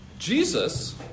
Jesus